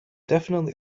definitely